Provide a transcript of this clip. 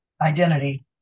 identity